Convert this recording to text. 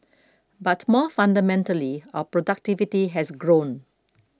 but more fundamentally our productivity has grown